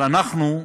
אבל אנחנו,